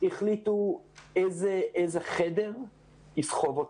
והחליטו איזה חדר לתת לו.